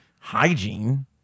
hygiene